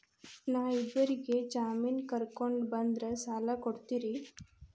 ನಾ ಇಬ್ಬರಿಗೆ ಜಾಮಿನ್ ಕರ್ಕೊಂಡ್ ಬಂದ್ರ ಸಾಲ ಕೊಡ್ತೇರಿ?